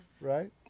right